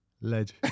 Ledge